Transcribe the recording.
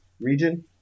region